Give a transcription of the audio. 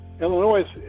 Illinois